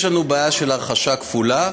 יש לנו בעיה של הרכשה כפולה,